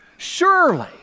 Surely